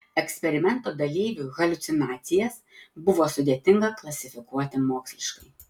eksperimento dalyvių haliucinacijas buvo sudėtinga klasifikuoti moksliškai